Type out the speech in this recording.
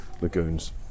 lagoons